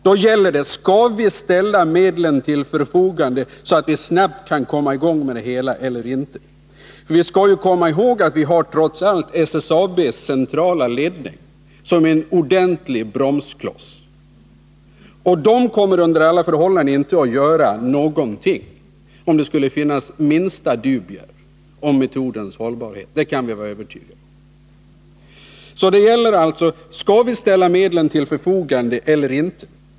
Då gäller det: Skall vi ställa medlen till förfogande, så att vi snabbt kan komma ii gång med det hela, eller inte? Vi skall komma ihåg att vi trots allt har SSAB:s centrala ledning som en ordentlig bromskloss. Den kommer under alla förhållanden inte att göra någonting, om det skulle finnas minsta dubier om metodens hållbarhet — det kan vi vara övertygade om. Det gäller alltså: Skall vi ställa medlen till förfogande eller inte?